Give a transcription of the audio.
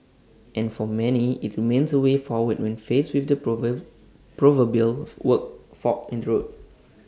and for many IT remains A way forward when faced with the proverbial fork in the road